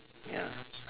ya